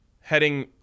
heading